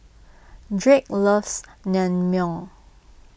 Drake loves Naengmyeon